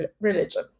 religion